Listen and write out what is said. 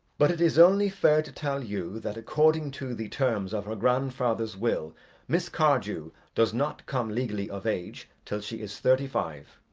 but it is only fair to tell you that according to the terms of her grandfather's will miss cardew does not come legally of age till she is thirty-five.